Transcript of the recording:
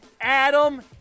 Adam